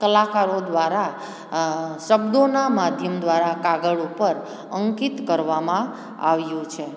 કલાકારો દ્વારા શબ્દોના માધ્યમ દ્વારા કાગળ ઉપર અંકિત કરવામાં આવ્યું છે